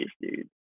dude